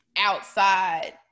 outside